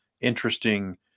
interesting